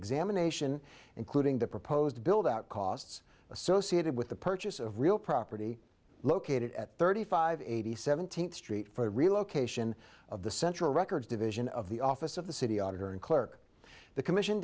examination including the proposed build out costs associated with the purchase of real property located at thirty five eighty seventeenth street for a relocation of the central records division of the office of the city auditor and clerk the commission